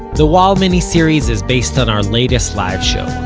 the wall miniseries is based on our latest live show.